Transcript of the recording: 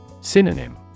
Synonym